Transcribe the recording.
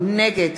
נגד